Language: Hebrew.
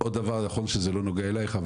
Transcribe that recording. עוד דבר, יכול להיות שזה לא נוגע אליך,